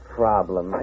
problem